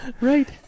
Right